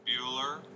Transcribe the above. Bueller